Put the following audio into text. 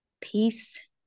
peace